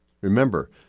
Remember